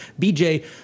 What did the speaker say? BJ